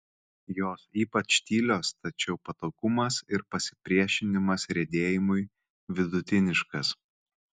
jos ypač tylios tačiau patogumas ir pasipriešinimas riedėjimui vidutiniškas